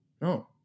No